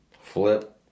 Flip